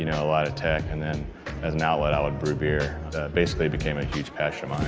you know a lot of tech and then as an outlet, i would brew beer basically became a huge passion of